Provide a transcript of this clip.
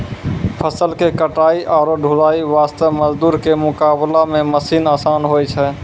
फसल के कटाई आरो ढुलाई वास्त मजदूर के मुकाबला मॅ मशीन आसान होय छै